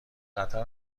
قطر